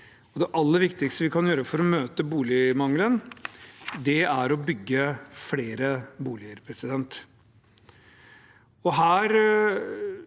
aller viktigste vi kan gjøre for å møte boligmangelen, er å bygge flere boliger. Her ser